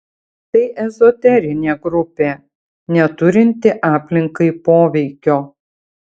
tai ezoterinė grupė neturinti aplinkai poveikio